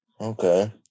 Okay